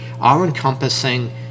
all-encompassing